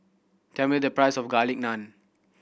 tell me the price of Garlic Naan